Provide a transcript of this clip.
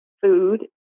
food